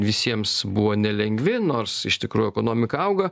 visiems buvo nelengvi nors iš tikrųjų ekonomika auga